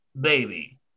baby